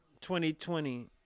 2020